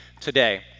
today